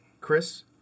Chris